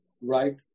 right